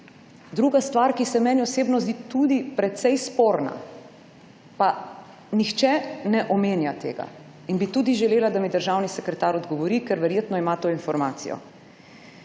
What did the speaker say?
Druga stvar, ki se meni osebno zdi tudi precej sporna, pa nihče ne omenja tega. Želela bi, da mi državni sekretar odgovori, ker verjetno ima to informacijo.